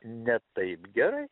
ne taip gerai